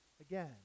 again